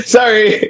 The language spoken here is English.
Sorry